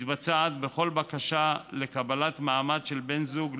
היא מתבצעת בכל בקשה לקבלת מעמד של בן זוג,